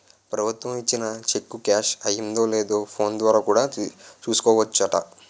ప్రభుత్వం ఇచ్చిన cheque cash అయిందో లేదో ఫోన్ ద్వారా కూడా చూసుకోవచ్చట